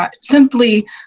simply